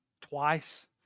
twice